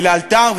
ולאלתר.